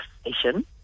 Station